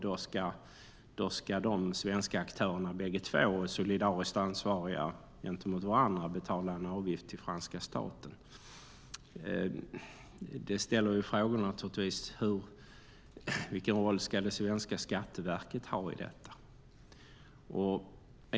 Då ska båda de svenska aktörerna vara solidariskt ansvariga gentemot varandra och betala en avgift till franska staten. Det ställer naturligtvis frågan: Vilken roll ska svenska Skatteverket ha i detta?